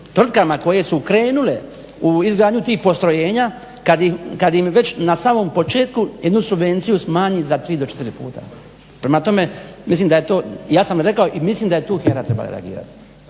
tvrtkama koje su krenule u izgradnju tih postrojenja kad im već na samom početku jednu subvenciju smanji za tri do četiri puta. Prema tome mislim da je to, ja sam rekao i mislim da je tu HERA trebala reagirati